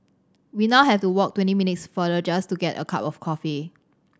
we now have to walk twenty minutes farther just to get a cup of coffee